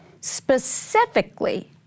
specifically